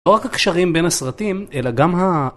לא רק הקשרים בין הסרטים, אלא גם ה...